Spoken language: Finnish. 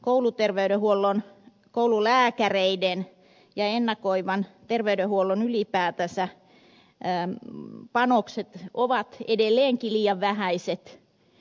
kouluterveydenhuollon koululääkäreiden ja ylipäätänsä ennakoivan terveydenhuollon panokset ovat edelleenkin liian vähäiset